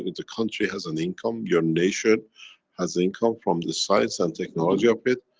the country has an income your nation has income, from the science and technology of it,